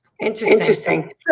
interesting